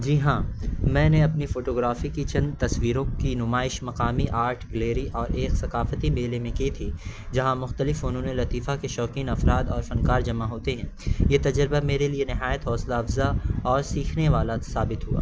جی ہاں میں نے اپنی فوٹوگرافی کی چند تصویروں کی نمائش مقامی آرٹ گلیری اور ایک ثقافتی میلے میں کی تھی جہاں مختلف فنون لطیفہ کے شوقین افراد اور فنکار جمع ہوتے ہیں یہ تجربہ میرے لیے نہایت حوصلہ افزا اور سیکھنے والا ثابت ہوا